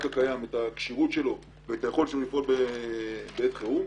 הקיים את הכשירות שלו ואת היכולת שלו לפעול בעת חרום?